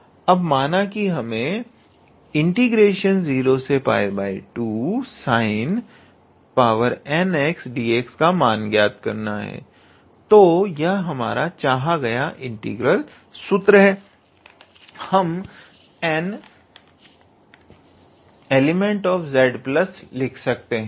अब माना कि हमें 02sinnxdx का मान ज्ञात करना है तो यह हमारा चाहा गया इंटीग्रल सूत्र है हम 𝑛 ∈ ℤ लिख सकते हैं